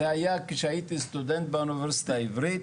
זה היה כשהייתי סטודנט באוניברסיטה העברית.